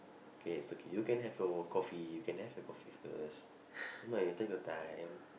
K is okay you can have your coffee you can have your coffee first never mind take your time